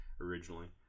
originally